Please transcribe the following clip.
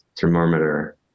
thermometer